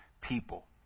people